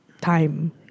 time